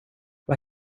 vad